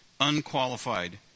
unqualified